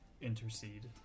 intercede